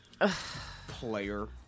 Player